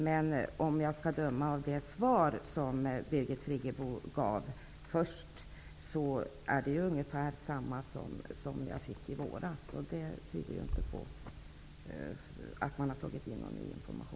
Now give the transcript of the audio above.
Men att döma av det svar som Birgit Friggebo gav, tyder det inte på att någon ny information tagits in, eftersom svaret är ungefär det som jag fick i våras.